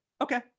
okay